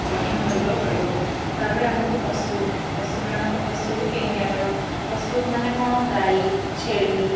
ଗଠନ କରିବାକୁ ପଡ଼ିବ ତା'ପରେ ଆମକୁ ପଶୁ ପଶୁମାନ ପଶୁକୁ କିଣିକି ଆଣିବ ପଶୁମାନେ କ'ଣ ଗାଈ ଛେଳି